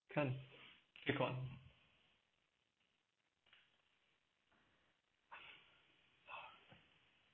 can keep on